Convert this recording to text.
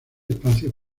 espacio